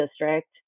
district